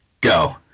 go